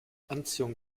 anziehung